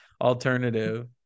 alternative